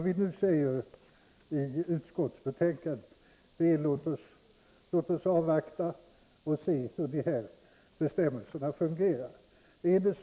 Vi säger nu i utskottsbetänkandet att vi vill avvakta och se hur dessa bestämmelser fungerar.